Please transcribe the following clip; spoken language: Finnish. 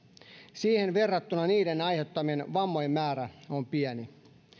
siihen verrattuna niiden aiheuttamien vammojen määrä on pieni